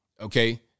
okay